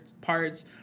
parts